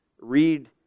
read